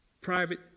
private